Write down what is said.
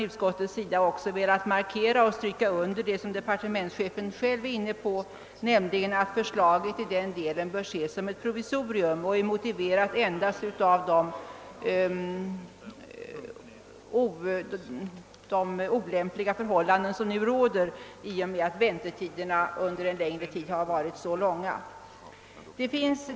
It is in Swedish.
Utskottet har därför velat markera och stryka under vad departementschefen själv är inne på, nämligen att förslaget i den delen bör ses som ett provisorium och är motiverat endast av de olämpliga förhållanden som nu råder i och med att väntetiderna under en längre tid har varit så långa.